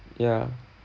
ya